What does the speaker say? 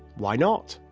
why not?